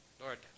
Lord